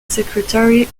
secretary